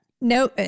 No